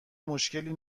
مشکلی